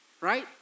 right